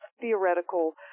theoretical